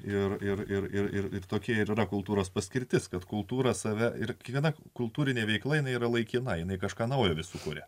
ir ir ir ir tokia yra kultūros paskirtis kad kultūra save ir kiekviena kultūrinė veikla jinai yra laikina jinai kažką naujo sukūrė